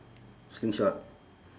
slingshot